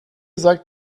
sagt